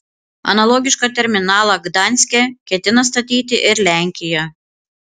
analogišką terminalą gdanske ketina statyti ir lenkija